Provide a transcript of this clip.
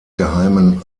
geheimen